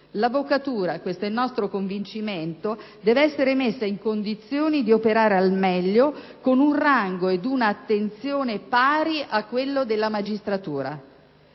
L'avvocatura - questo è il nostro convincimento - deve essere messa in condizioni di operare al meglio, con un rango ed un'attenzione pari a quello della magistratura.